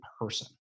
person